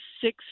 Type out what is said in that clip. Six